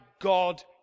God